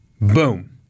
Boom